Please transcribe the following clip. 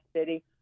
city –